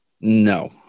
No